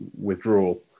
withdrawal